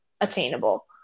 attainable